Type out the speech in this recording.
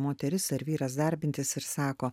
moteris ar vyras darbintis ir sako